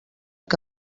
que